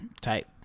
type